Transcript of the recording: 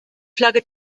flagge